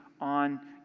on